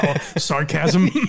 sarcasm